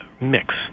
mix